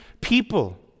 people